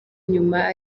nyuma